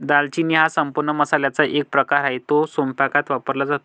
दालचिनी हा संपूर्ण मसाल्याचा एक प्रकार आहे, तो स्वयंपाकात वापरला जातो